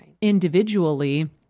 individually